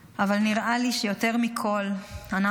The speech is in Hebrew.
אבל נראה לי שיותר מכול אנחנו,